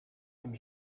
tym